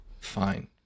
fine